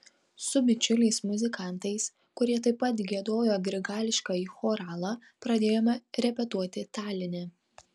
su bičiuliais muzikantais kurie taip pat giedojo grigališkąjį choralą pradėjome repetuoti taline